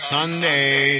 Sunday